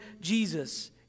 Jesus